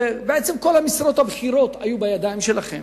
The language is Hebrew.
וכל המשרות הבכירות היו בידיים שלכם.